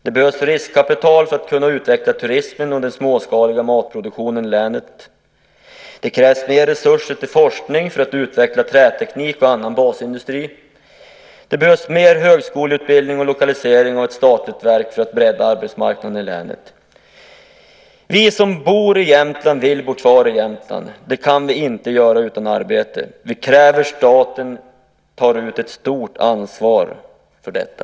Det behövs riskkapital för att kunna utveckla turismen och den småskaliga matproduktionen i länet. Det krävs mer resurser till forskning för att utveckla träteknik och annan basindustri. Det behövs mer högskoleutbildning och lokalisering av statliga verk för att bredda arbetsmarknaden i länet. Vi som bor i Jämtland vill bo kvar i Jämtland. Det kan vi inte göra utan arbete. Vi kräver att staten tar ett stort ansvar för detta.